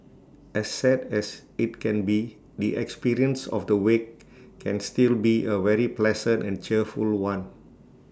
as sad as IT can be the experience of the wake can still be A very pleasant and cheerful one